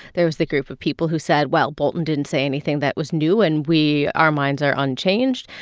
there was the group of people who said, well, bolton didn't say anything that was new, and we our minds are unchanged.